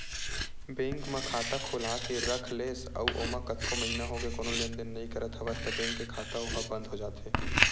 bank म खाता खोलाके के रख लेस अउ ओमा कतको महिना होगे कोनो लेन देन नइ करत हवस त बेंक के खाता ओहा बंद हो जाथे